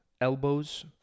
Elbows